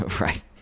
Right